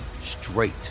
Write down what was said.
straight